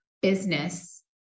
business